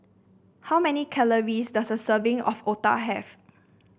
how many calories does a serving of otah have